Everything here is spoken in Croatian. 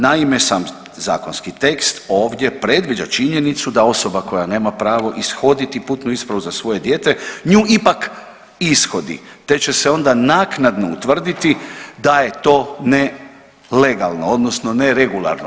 Naime, sam zakonski tekst ovdje predviđa činjenicu da osoba koja nema pravo ishoditi putnu ispravu za svoje dijete nju ipak ishodi te će se onda naknadno utvrditi da je to ne legalno odnosno ne regularno.